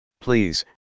please